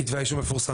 כתבי האישום מפורסמים.